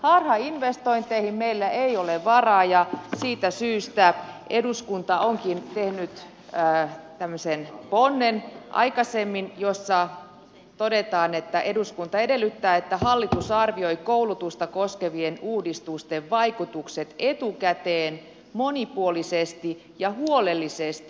harhainvestointeihin meillä ei ole varaa ja siitä syystä eduskunta onkin tehnyt tämmöisen ponnen aikaisemmin jossa todetaan että eduskunta edellyttää että hallitus arvioi koulutusta koskevien uudistusten vaikutukset etukäteen monipuolisesti ja huolellisesti